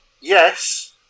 yes